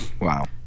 Wow